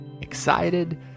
excited